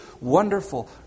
wonderful